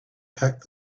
packed